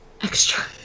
Extra